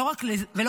לא רק זה,